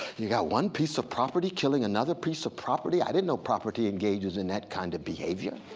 you've got one piece of property killing another piece of property? i didn't know property engages in that kind of behavior.